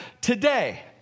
today